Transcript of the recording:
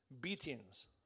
Beatings